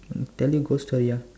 tell you ghost story ah